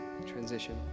transition